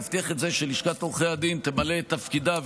להבטיח את זה שלשכת עורכי הדין תמלא את תפקידה,